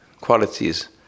qualities